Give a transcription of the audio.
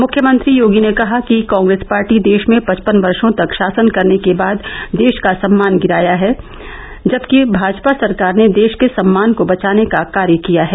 मुख्यमंत्री और भाजपा के वरिश्ठ नेता योगी ने कहा कि कांग्रेस पार्टी देश में पचपन वर्षो तक शासन करने के बाद देश का सम्मान गिराया है जबकि भाजपा सरकार ने देश के सम्मान को बचाने का कार्य किया है